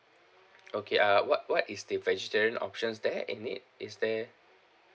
okay uh what what is the vegetarian options there in it is there